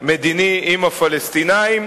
מדיני עם הפלסטינים,